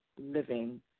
living